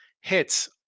hits